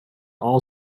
all